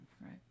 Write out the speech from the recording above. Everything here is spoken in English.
right